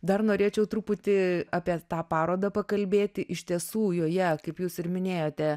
dar norėčiau truputį apie tą parodą pakalbėti iš tiesų joje kaip jūs ir minėjote